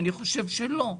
אני חושב שלא.